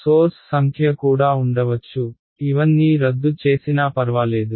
source సంఖ్య కూడా ఉండవచ్చు ఇవన్నీ రద్దు చేసినా పర్వాలేదు